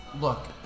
look